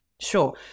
Sure